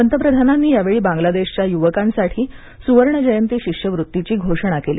पंतप्रधानांनी यावेळी बांगलादेशच्या युवकांसाठी सुवर्ण जयंती शिष्यवृत्तीची घोषणा केली